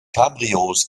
cabrios